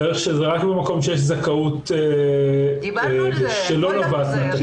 צריך לומר שזה רק במקום שיש זכאות שלא נובעת מן